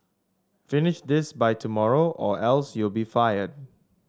finish this by tomorrow or else you'll be fired